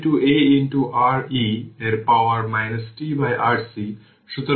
তাই আমি vt A e এর পাওয়ার tRC লিখছি